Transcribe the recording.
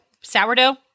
sourdough